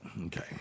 Okay